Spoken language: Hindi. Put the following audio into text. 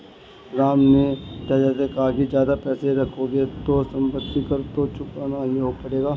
राम ने जाते जाते कहा कि ज्यादा पैसे रखोगे तो सम्पत्ति कर तो चुकाना ही पड़ेगा